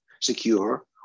secure